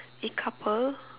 a couple